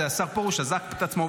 זה השר פרוש אזק את עצמו.